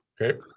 Okay